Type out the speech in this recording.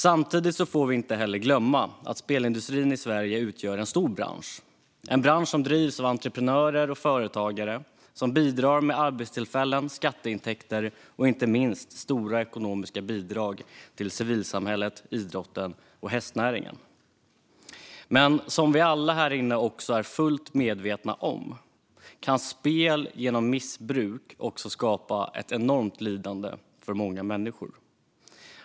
Samtidigt får vi inte glömma att spelindustrin i Sverige utgör en stor bransch. Det är en bransch som drivs av entreprenörer och företagare och som bidrar med arbetstillfällen, skatteintäkter och inte minst stora ekonomiska bidrag till civilsamhället, idrotten och hästnäringen. Spel kan dock också, vilket alla här inne är fullt medvetna om, genom missbruk skapa ett enormt lidande för många människor.